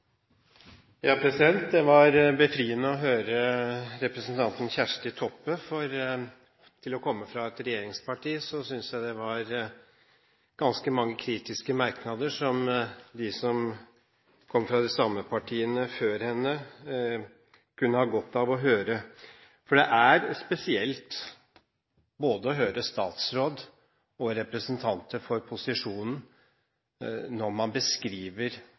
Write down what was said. Det var befriende å høre representanten Kjersti Toppe, for til å komme fra et regjeringsparti synes jeg hun hadde ganske mange kritiske merknader som de som kom fra tilsvarende parti før henne, kunne ha godt av å høre. Det er spesielt å høre både statsråden og representanter for posisjonen